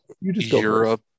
Europe